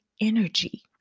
energy